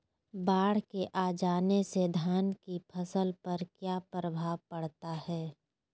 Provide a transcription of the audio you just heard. बाढ़ के आ जाने से धान की फसल पर किया प्रभाव पड़ता है?